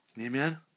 Amen